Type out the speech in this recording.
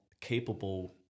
capable